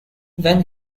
when